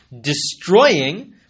destroying